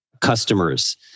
customers